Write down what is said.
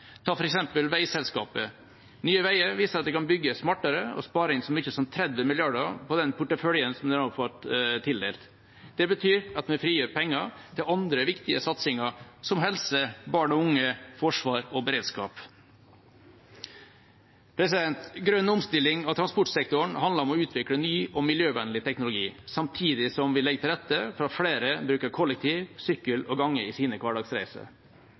Ta f.eks. veiselskapet: Nye Veier viser at de kan bygge smartere og spare inn så mye som 30 mrd. kr på den porteføljen som de er tildelt. Det betyr at vi frigjør penger til andre viktige satsinger, som helse, barn og unge, forsvar og beredskap. Grønn omstilling av transportsektoren handler om å utvikle ny og miljøvennlig teknologi samtidig som vi legger til rette for at flere bruker kollektiv transport, sykkel og gange i sine